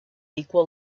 equal